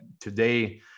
today